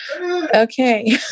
Okay